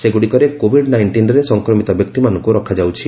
ସେଗ୍ରଡ଼ିକରେ Covid ନାଇଷ୍ଟିନ୍ରେ ସଂକ୍ରମିତ ବ୍ୟକ୍ତିମାନଙ୍କୁ ରଖାଯାଉଛି